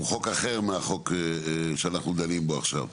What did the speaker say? הוא חוק אחר מהחוק שאנחנו דנים בו עכשיו,